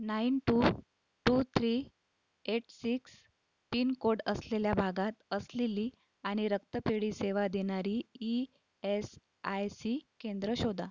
nine two two three eight six pincode असलेल्या भागात असलेली आणि रक्तपेढी सेवा देणारी ई एस आय सी केंद्रं शोधा